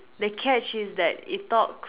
the catch is that it talks